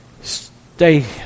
stay